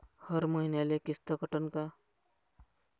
हर मईन्याले किस्त कटन का?